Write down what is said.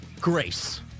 grace